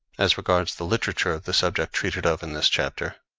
as regards the literature of the subject treated of in this chapter,